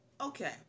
Okay